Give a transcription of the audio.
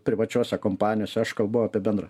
privačiose kompanijose aš kalbu apie bendrą